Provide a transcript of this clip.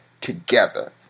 together